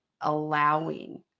allowing